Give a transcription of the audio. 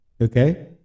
Okay